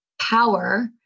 power